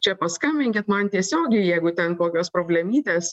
čia paskambinkit man tiesiogiai jeigu ten kokios problemytės